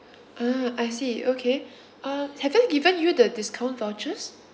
ah I see okay uh have they given you the discount vouchers